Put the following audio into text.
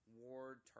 Ward